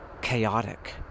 chaotic